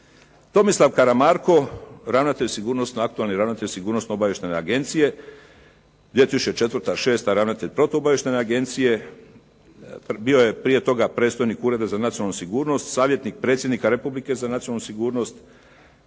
Tomislav Karamarko ravnatelj sigurnosno obavještajne agencije, 2004., šesta ravnatelj protuobavještajne agencije, bio je prije toga predstojnik Ureda za nacionalnu sigurnost, savjetnik predsjednika Republike za nacionalnu sigurnost,